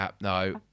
no